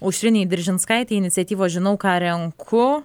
aušrinei deržinskaitei iniciatyvos žinau ką renku